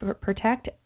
protect